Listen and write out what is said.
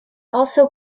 also